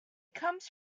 comes